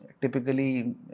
typically